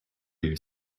you